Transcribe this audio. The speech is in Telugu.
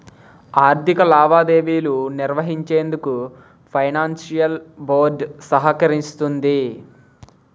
ఆర్థిక లావాదేవీలు నిర్వహించేందుకు ఫైనాన్షియల్ బోర్డ్ సహకరిస్తుంది